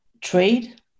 trade